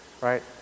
right